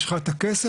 יש לך את הכסף,